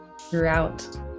throughout